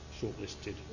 shortlisted